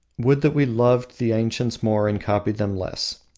would that we loved the ancients more and copied them less!